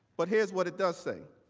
but here is what it does say,